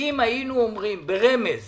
אם היינו אומרים ברמז